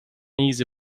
easy